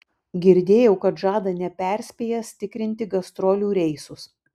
girdėjau kad žada neperspėjęs tikrinti gastrolių reisus